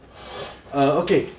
err okay